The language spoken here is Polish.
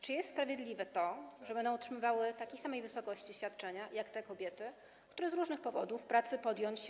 Czy jest sprawiedliwe to, że będą otrzymywały takiej samej wysokości świadczenia, jak te kobiety, które z różnych powodów nie mogły podjąć pracy?